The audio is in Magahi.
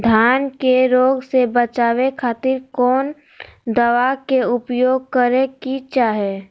धान के रोग से बचावे खातिर कौन दवा के उपयोग करें कि चाहे?